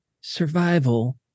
survival